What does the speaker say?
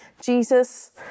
Jesus